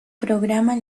programa